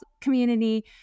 community